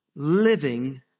Living